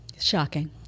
Shocking